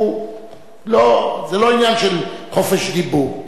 זה לא עניין של חופש דיבור.